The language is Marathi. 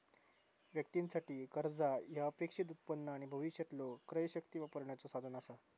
व्यक्तीं साठी, कर्जा ह्या अपेक्षित उत्पन्न आणि भविष्यातलो क्रयशक्ती वापरण्याचो साधन असा